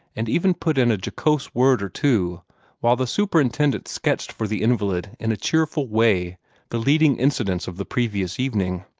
and even put in a jocose word or two while the superintendent sketched for the invalid in a cheerful way the leading incidents of the previous evening.